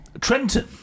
Trenton